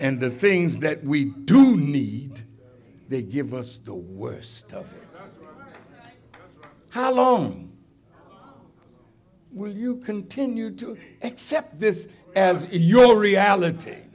and the things that we do need they give us the worst stuff how long will you continue to accept this as your reality